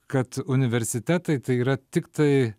kad universitetai tai yra tiktai